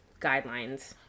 guidelines